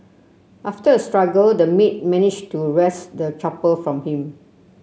after a struggle the maid managed to wrest the chopper from him